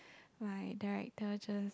my director just